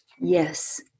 Yes